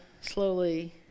slowly